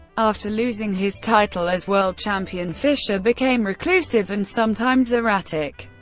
after losing his title as world champion, fischer became reclusive and sometimes erratic,